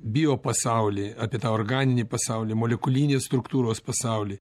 biopasaulį apie tą organinį pasaulį molekulinės struktūros pasaulį